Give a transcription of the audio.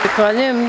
Zahvaljujem.